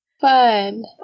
Fun